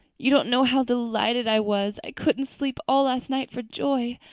you don't know how delighted i was. i couldn't sleep all last night for joy.